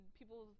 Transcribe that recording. people